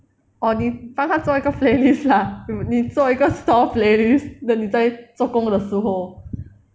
or 你帮他做一个 playlist lah 你做一个 store playlist then 你在做工的时候